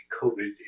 COVID